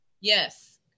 yes